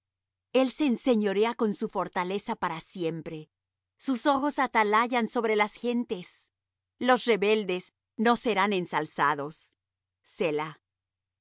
el se enseñorea con su fortaleza para siempre sus ojos atalayan sobre las gentes los rebeldes no serán ensalzados